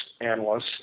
analysts